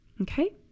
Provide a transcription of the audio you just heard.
okay